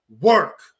work